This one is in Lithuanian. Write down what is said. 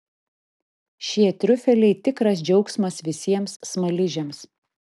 šie triufeliai tikras džiaugsmas visiems smaližiams